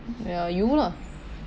ya you lah